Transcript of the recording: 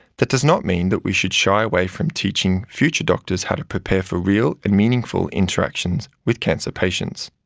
that does not mean that we should shy away from teaching future doctors how to prepare for real and meaningful interactions with cancer patients.